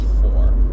four